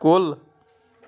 کُل